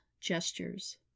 Gestures